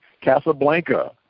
Casablanca